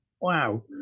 Wow